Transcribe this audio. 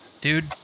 Dude